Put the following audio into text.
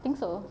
I think so